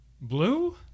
Blue